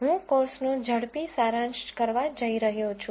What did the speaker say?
હું કોર્સનો ઝડપી સારાંશ કરવા જઇ રહ્યો છું